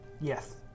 Yes